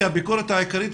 שהביקורת העיקרית,